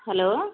hello